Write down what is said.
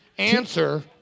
answer